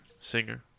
singer